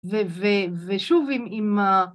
‫ושוב, אם...